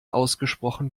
ausgesprochen